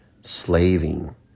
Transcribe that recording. slaving